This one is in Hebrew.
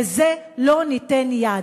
לזה לא ניתן יד.